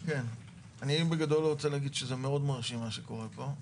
אני רוצה לומר שזה מאוד מרשים מה שקורה פה.